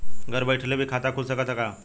घरे बइठले भी खाता खुल सकत ह का?